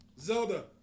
Zelda